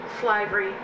slavery